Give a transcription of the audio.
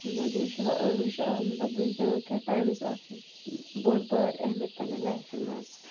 یہِ چھِ یہِ چھِ مطلب بہٕ چھَس دِوان کیٛاہ ٹایمَس اَکھ بوٚڑ بار اہمیت پنٛنہِ لایفہِ منٛز